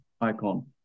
icon